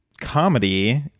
comedy